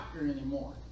anymore